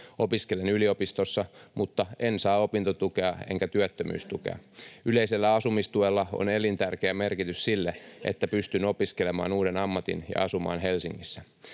Opiskelen yliopistossa, mutta en saa opintotukea enkä työttömyystukea. Yleisellä asumistuella on elintärkeä merkitys sille, että pystyn opiskelemaan uuden ammatin ja asumaan Helsingissä.